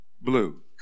blue